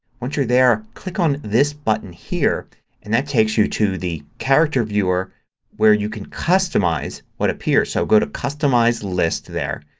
once you're there click on this button here and that takes you to the character viewer where you can customize what appears. so go to customize list there,